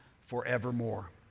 forevermore